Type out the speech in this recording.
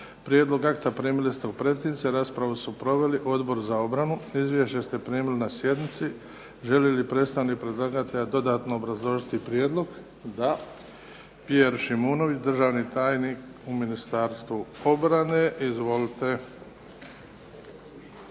Prijedlog akta primili ste u pretince. Raspravu su proveli Odbor za obranu. Izvješće ste primili na sjednici. Želi li predstavnik predlagatelja dodatno obrazložiti prijedlog? Da. Pjer Šimunović, državni tajnik u Ministarstvu obrane. Izvolite.